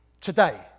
Today